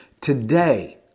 Today